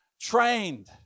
trained